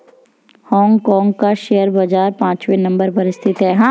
Hong Kong का share बाजार पांचवे नम्बर पर स्थित है